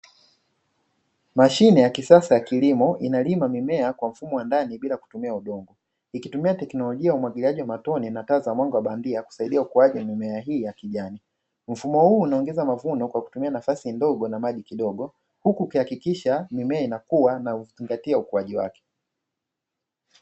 Mashine ya kisasa ya kilimo inalima mimea kwa mfumo wa ndani bila kutumia udongo, ikitumia technolojia ya umwagiliaji wa matone na taa za mwanga wa bandia kusaidia ukuaji wa mimea hiyo ya kijani. Mfumo huu unaongeza mavuno kwa kutumia nafasi ndogo na maji kidogo huku ukihakikisha mimea inakua na kuzingati ukuaji wake.